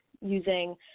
using